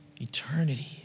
eternity